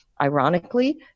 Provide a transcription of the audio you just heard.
ironically